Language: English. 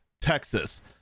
Texas